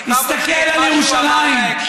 מסתכל על ירושלים,